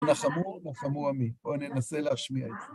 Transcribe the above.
נחמו, נחמו עמי. בואי ננסה להשמיע את זה.